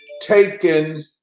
taken